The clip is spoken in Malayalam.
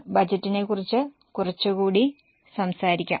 ബജറ്റിനെക്കുറിച്ച് കുറച്ചുകൂടി സംസാരിക്കാം